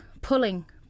pulling